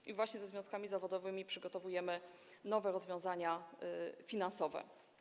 I właśnie ze związkami zawodowymi przygotowujemy nowe rozwiązania finansowe.